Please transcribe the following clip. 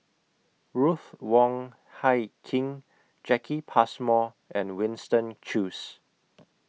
Ruth Wong Hie King Jacki Passmore and Winston Choos